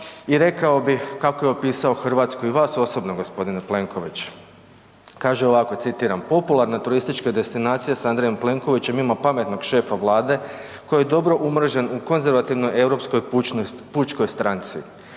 i rekao bih kako je opisao Hrvatsku i vas osobno, g. Plenković. Kaže ovako, citiram, popularne turističke destinacije s Andrejem Plenkovićem, ima pametnog šefa Vlade koji je dobro umrežen u Konzervativnoj europskoj pučkoj stranci,